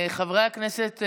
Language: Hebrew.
חברי הכנסת,